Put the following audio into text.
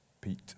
Pete